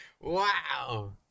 Wow